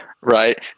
right